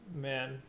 man